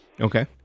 Okay